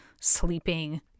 sleeping